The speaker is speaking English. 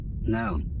No